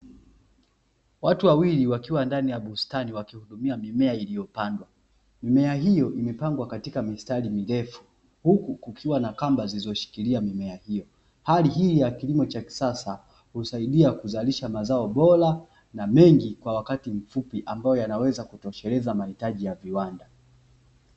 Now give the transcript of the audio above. Watu wawili wakiwa ndani ya bustani wakihudumia mimea iliyopandwa, Mimea hiyo imepangwa katika mistari mirefu, huku kukiwa na kamba zilizoshikilia mimea hiyo. Hali hii ya kilimo cha kisasa husaidia kuzalisha mazao bora na mengi kwa wakati mfupi, ambayo yanaweza kutosheleza mahitaji ya viwanda.